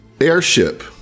airship